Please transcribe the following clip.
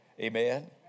Amen